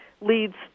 leads